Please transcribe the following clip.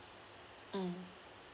mm